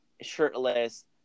shirtless